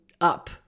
up